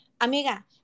amiga